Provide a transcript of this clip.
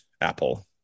apple